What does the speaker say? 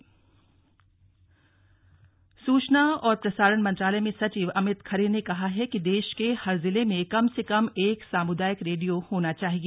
slug radio सम्मेलन सूचना और प्रसारण मंत्रालय में सचिव अमित खरे ने कहा है कि देश के हर जिले में कम से कम एक सामुदायिक रेडियो होना चाहिए